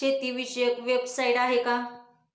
शेतीविषयक वेबसाइट आहे का?